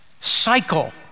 cycle